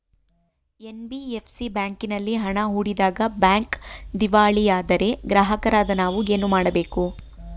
NBFC ಬ್ಯಾಂಕಿನಲ್ಲಿ ಹಣ ಹೂಡಿದಾಗ ಬ್ಯಾಂಕ್ ದಿವಾಳಿಯಾದರೆ ಗ್ರಾಹಕರಾದ ನಾವು ಏನು ಮಾಡಬೇಕು?